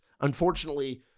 Unfortunately